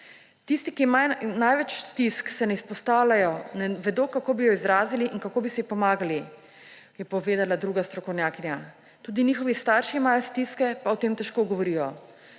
Tisti, ki imajo največ stisk, se ne izpostavljajo, ne vedo, kako bi jo izrazili in kako bi si pomagali, je povedala druga strokovnjakinja. Tudi njihovi starši imajo stiske, pa o tem težko govorijo.